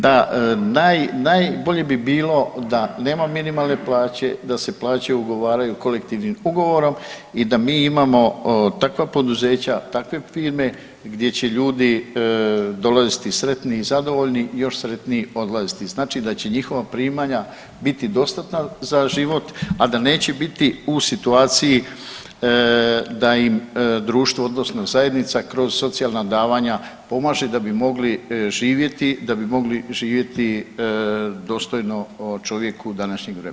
Da, najbolje bi bilo da nema minimalne plaće, da se plaće ugovaraju kolektivnim ugovorom i da mi imamo takva poduzeća, takve firme gdje će ljudi dolaziti sretni i zadovoljni i još sretniji odlaziti, znači da će njihova primanja biti dostatna za život, a da neće biti u situaciji da im društvo odnosno zajednica kroz socijalna davanja pomaže da bi mogli živjeti, da bi mogli živjeti dostojno o čovjeku današnjeg vremena.